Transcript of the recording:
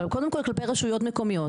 אבל קודם כול כלפי רשויות מקומיות.